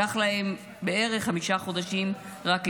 לקח להם בערך חמישה חודשים רק לאשר.